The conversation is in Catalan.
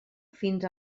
fins